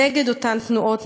נגד אותן תנועות,